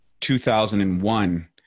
2001